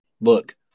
look